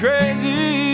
Crazy